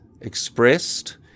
expressed